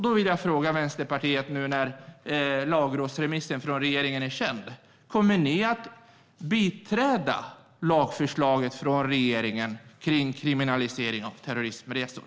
Då vill jag fråga Vänsterpartiet, nu när lagrådsremissen från regeringen är känd: Kommer ni att biträda lagförslaget från regeringen om kriminalisering av terrorismresor?